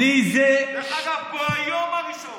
ביום הראשון.